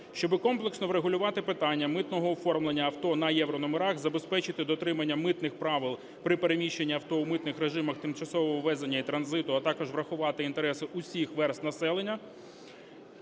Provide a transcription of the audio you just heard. Щоб комплексно врегулювати питання митного оформлення авто на єврономерах, забезпечити дотримання митних правил при переміщенні авто в митних режимах тимчасового ввезення і транзиту, а також врахувати інтереси всіх верств населення